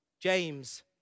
James